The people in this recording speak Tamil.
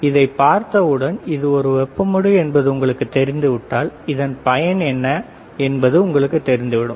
எனவே இதை பார்த்தவுடன் இது ஒரு வெப்ப மடு என்பது உங்களுக்கு தெரிந்து விட்டால் அதன் பயன் என்ன என்பது உங்களுக்கு தெரிந்துவிடும்